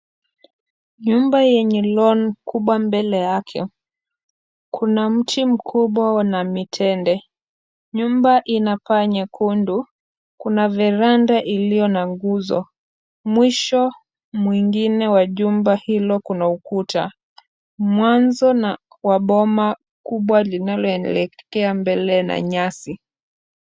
Nyumba yenye [lawn] kubwa mbele yake. Kuna mti mkubwa na mitende. Nyumba ina paa nyekundu. Kuna [veranda] iliyo na nguzo. Mwisho mwingine mwa jumba hilo kuna ukuta. Mwanzo na kwa boma kubwa linaloelekea mbele na nyasi.